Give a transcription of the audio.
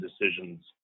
decisions